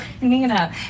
nina